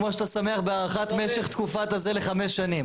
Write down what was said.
כמו שאתה שמח בהארכת משך תקופת הזה לחמש שנים.